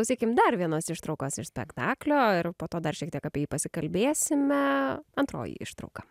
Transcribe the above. klausykim dar vienos ištraukos iš spektaklio ir po to dar šiek tiek apie jį pasikalbėsime antroji ištrauka